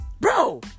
bro